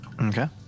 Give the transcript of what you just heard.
Okay